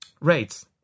rates